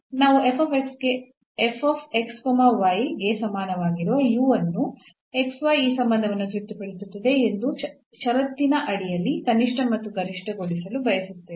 ನಾವು ಗೆ ಸಮಾನವಾಗಿರುವ ಅನ್ನು ಈ ಸಂಬಂಧವನ್ನು ತೃಪ್ತಿಪಡಿಸುತ್ತದೆ ಎಂಬ ಷರತ್ತಿನ ಅಡಿಯಲ್ಲಿ ಕನಿಷ್ಠ ಅಥವಾ ಗರಿಷ್ಠಗೊಳಿಸಲು ಬಯಸುತ್ತೇವೆ